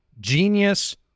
genius